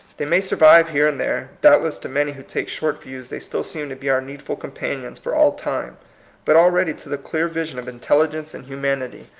they may survive here and there doubtless to many who take short views they still seem to be our needful com panions for all time but already to the clear vision of intelligence and humanity,